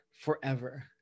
forever